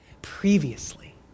Previously